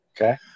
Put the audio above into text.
Okay